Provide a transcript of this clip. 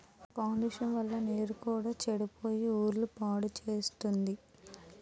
కాలుష్యం వల్ల నీరు కూడా సెడిపోయి ఒళ్ళు పాడుసేత్తుంది